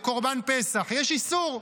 בקורבן פסח יש איסור,